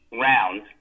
round